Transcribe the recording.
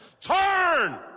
turn